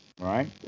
Right